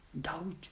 doubt